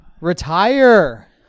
Retire